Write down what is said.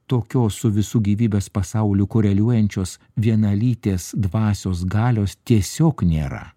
tokios su visu gyvybės pasauliu koreliuojančios vienalytės dvasios galios tiesiog nėra